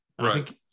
Right